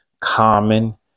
common